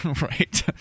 Right